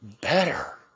better